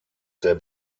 der